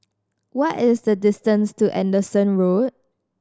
what is the distance to Anderson Road